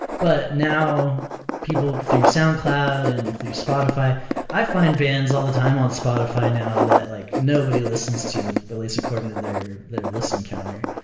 but now, people through soundcloud and through spotify i find bands all the time on spotify now that like nobody listens to, at least according to their their listen counter,